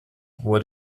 what